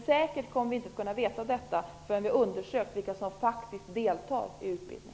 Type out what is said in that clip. Säkert kommer vi inte att veta detta förrän vi har undersökt vilka som faktiskt deltar i utbildning.